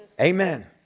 Amen